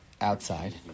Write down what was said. outside